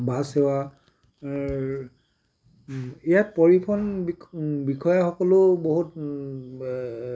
bus সেৱাৰ ইয়াত পৰিৱহণ বিষয়াসকলেও বহুত